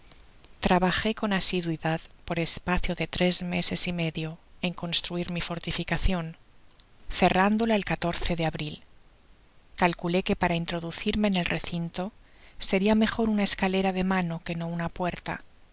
trabajé con asiduidad por espacio do res meses y medio en construir mi fortificacion cerrándola el de abril calculé que para introducirme en el recinto seria mejor una escalera de mano que no una puerta